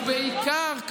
ובעיקר,